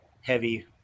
heavy